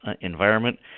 environment